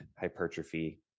hypertrophy